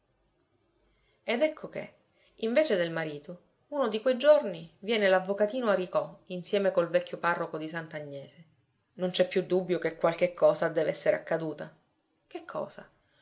ed ecco che invece del marito uno di quei giorni viene l'avvocatino aricò insieme col vecchio parroco di sant'agnese non c'è più dubbio che qualche cosa dev'essere accaduta che cosa